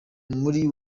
muri